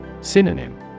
Synonym